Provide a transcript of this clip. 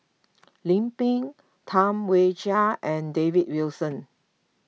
Lim Pin Tam Wai Jia and David Wilson